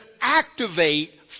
activate